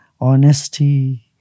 honesty